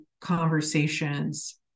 conversations